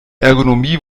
ergonomie